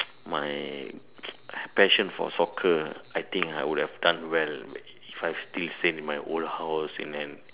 my passion for soccer I think I would have done well if I still stayed in my old house and then